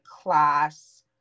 class